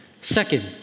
Second